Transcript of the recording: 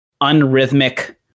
unrhythmic